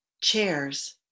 chairs